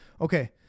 Okay